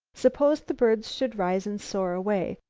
suppose the birds should rise and soar away?